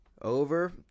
Over